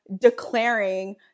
declaring